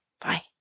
Bye